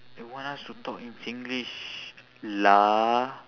they want us to talk in singlish lah